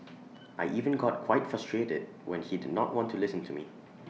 I even got quite frustrated when he did not want to listen to me